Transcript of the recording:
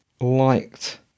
liked